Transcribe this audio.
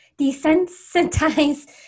desensitize